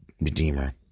redeemer